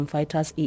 Fighters